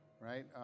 right